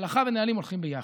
הלכה ונהלים הולכים ביחד.